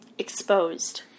exposed